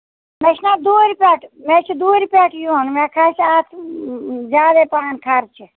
مےٚ چھُناہ دوٗرِ پیٚٹھ مےٚ چھُ دوٗرِ پیٚٹھ یِوان مےٚ چھِ اتہِ اکھ زیادَے پَہن خرچہٕ